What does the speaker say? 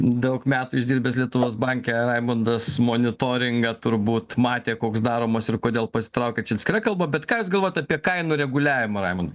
daug metų išdirbęs lietuvos banke raimundas monitoringą turbūt matė koks daromas ir kodėl pasitraukė čia atskira kalba bet ką jūs galvojat apie kainų reguliavimą raimun